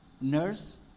nurse